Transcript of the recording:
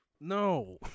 No